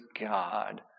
God